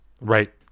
right